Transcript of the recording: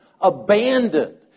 abandoned